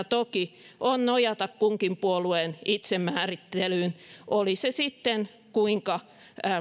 toki on nojata kunkin puolueen itsemäärittelyyn oli se sitten kuinka